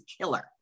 killer